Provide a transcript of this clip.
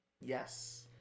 yes